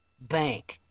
Bank